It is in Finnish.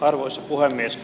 arvoisa puhemies